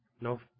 No